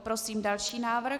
Prosím další návrh.